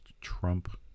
Trump